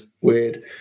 weird